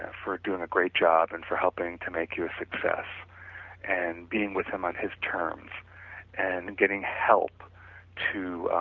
ah for doing a great job and for helping to make you a success and being with him on his terms and getting help to